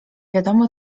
wiadomo